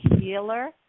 healer